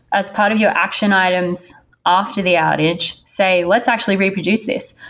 as part of your action items off to the outage, say, let's actually reproduce this.